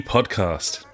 Podcast